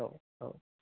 औ औ